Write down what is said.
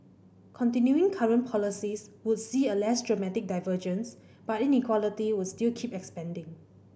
continuing current policies would see a less dramatic divergence but inequality would still keep expanding